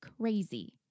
crazy